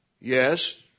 Yes